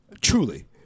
truly